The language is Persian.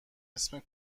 اسم